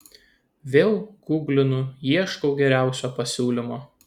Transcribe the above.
vėl guglinu ieškau geriausio pasiūlymo